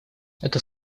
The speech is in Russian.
это